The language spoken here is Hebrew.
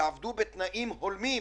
יעבדו בתנאים הולמים,